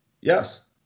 Yes